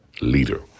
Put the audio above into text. Leader